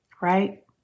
right